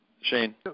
Shane